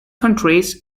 countries